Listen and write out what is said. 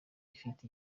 ifite